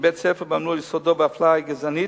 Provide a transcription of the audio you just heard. שבית-הספר בעמנואל יסודו באפליה גזענית,